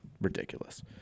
Ridiculous